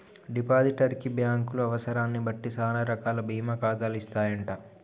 depositor కి బ్యాంకులు అవసరాన్ని బట్టి సానా రకాల బీమా ఖాతాలు ఇస్తాయంట